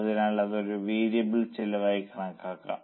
അതിനാൽ അത് ഒരു വേരിയബിൾ ചെലവായി കണക്കാക്കും